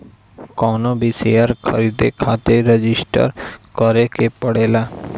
कवनो भी शेयर खरीदे खातिर रजिस्टर करे के पड़ेला